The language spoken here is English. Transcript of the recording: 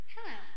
Hello